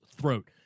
throat